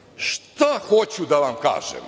smo. Šta hoću da vam kažem?